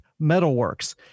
Metalworks